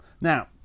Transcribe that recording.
Now